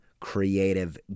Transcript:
creative